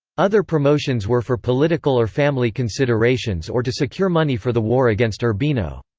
other promotions were for political or family considerations or to secure money for the war against urbino.